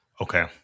Okay